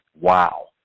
Wow